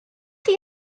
chi